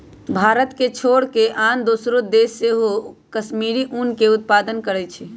भारत के छोर कऽ आन दोसरो देश सेहो कश्मीरी ऊन के उत्पादन करइ छै